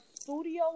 studio